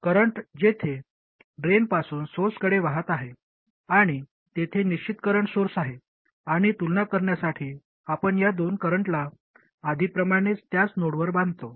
current येथे ड्रेनपासून सोर्सकडे वाहत आहे आणि तेथे निश्चित करंट सोर्स आहे आणि तुलना करण्यासाठी आपण या दोन करंटला आधीप्रमाणेच त्याच नोडवर बांधतो